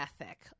ethic